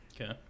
Okay